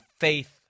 faith